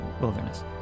wilderness